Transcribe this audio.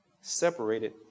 separated